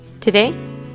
Today